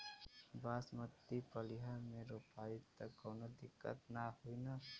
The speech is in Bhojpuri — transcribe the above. बासमती पलिहर में रोपाई त कवनो दिक्कत ना होई न?